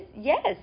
Yes